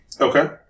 Okay